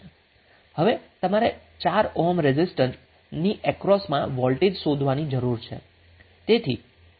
હવે તમારે 4 ohm resistor ની અક્રોસમા વોલ્ટેજ શોધવાની જરૂર છે